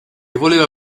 voleva